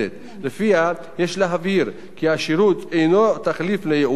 ולפיה יש להבהיר כי השירות אינו תחליף לייעוץ או